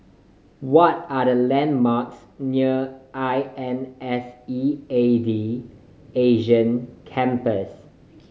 what are the landmarks near I N S E A D Asia Campus